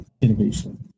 innovation